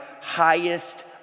highest